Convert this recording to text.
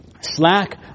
slack